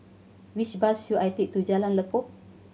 which bus should I take to Jalan Lekub